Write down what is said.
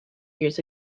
years